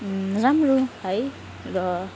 राम्रो है र